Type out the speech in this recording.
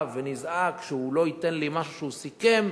ונזעק שהוא לא ייתן לי משהו שהוא סיכם,